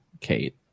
Kate